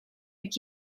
jak